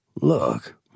Look